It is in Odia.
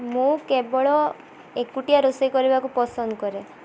ମୁଁ କେବଳ ଏକୁଟିଆ ରୋଷେଇ କରିବାକୁ ପସନ୍ଦ କରେ